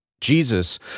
Jesus